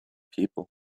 people